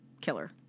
killer